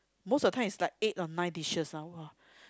most of time is like eight or nine dishes lah !wah!